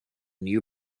new